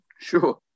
Sure